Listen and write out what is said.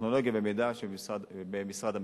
טכנולוגיה ומידע במשרד המשפטים.